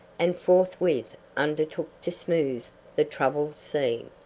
and forthwith undertook to smooth the troubled sea.